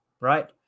right